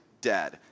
dead